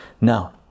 now